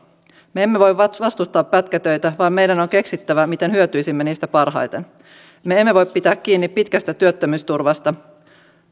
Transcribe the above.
me emme voi vastustaa pätkätöitä vaan meidän on keksittävä miten hyötyisimme niistä parhaiten me emme voi pitää kiinni pitkästä työttömyysturvasta